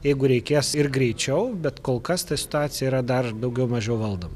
jeigu reikės ir greičiau bet kol kas ta situacija yra dar daugiau mažiau valdoma